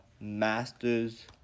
Masters